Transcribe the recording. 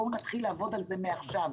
בואו נתחיל לעבוד על זה מעכשיו.